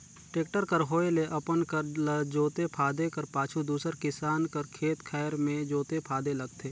tractor कर होए ले अपन कर ल जोते फादे कर पाछू दूसर किसान कर खेत खाएर मे जोते फादे लगथे